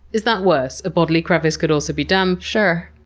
is that worse? a bodily crevice could also be damp. sure.